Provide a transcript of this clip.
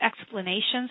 explanations